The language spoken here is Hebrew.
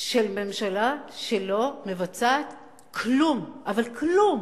של ממשלה שלא מבצעת כלום, אבל כלום.